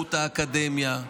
בעצמאות האקדמיה.